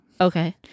Okay